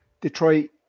detroit